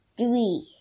three